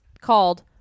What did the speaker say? called